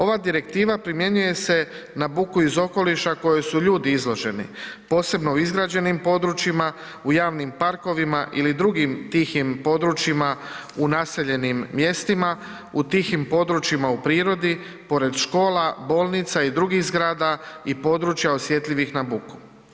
Ova Direktiva primjenjuje se na buku iz okoliša kojoj su ljudi izloženi, posebno u izgrađenim područjima, u javnim parkovima ili drugim tihim područjima u naseljenim mjestima, u tihim područjima u prirodi, pored škola, bolnica i drugih zgrada i područja osjetljivih na budu.